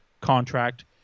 contract